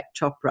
Chopra